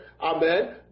Amen